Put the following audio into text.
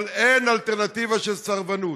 אבל אין אלטרנטיבה של סרבנות.